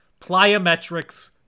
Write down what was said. plyometrics